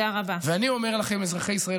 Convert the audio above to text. אני כבר מסיים.